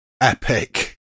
epic